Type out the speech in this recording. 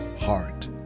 heart